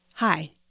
Hi